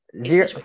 Zero